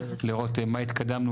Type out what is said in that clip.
לראות מה התקדמנו,